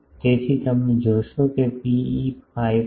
તેથી તમે જોશો કે Pe 5